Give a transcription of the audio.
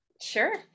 Sure